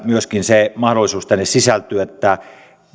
myöskin se mahdollisuus tänne sisältyy että